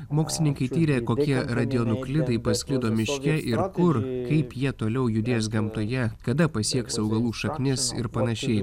mokslininkai tyrė kokie radionuklidai pasklido miške ir kur kaip jie toliau judės gamtoje kada pasieks augalų šaknis ir panašiai